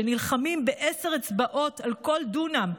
שנלחמים בעשר אצבעות על כל דונם,